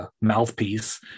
mouthpiece